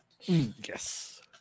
yes